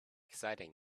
exciting